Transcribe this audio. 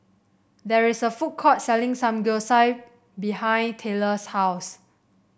there is a food court selling Samgyeopsal behind Tyler's house